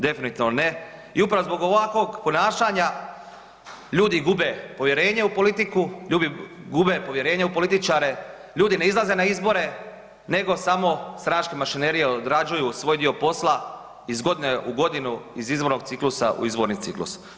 Definitivno ne, i upravo zbog ovakvog ponašanja, ljudi gube povjerenje u politiku, ljudi gube povjerenje u političare, ljudi ne izlaze na izbore, nego samo stranačke mašinerije odrađuju svoj dio posla iz godine u godinu, iz izbornog ciklusa u izborni ciklus.